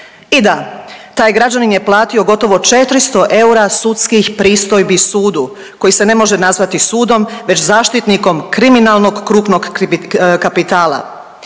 I da, taj građanin je platio gotovo 400 sudskih pristojbi sudu koji se ne može nazvati sudom već zaštitnik kriminalnog krupnog kapitala